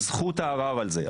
זכות הערר על זה.